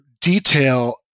detail